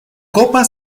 copa